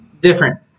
different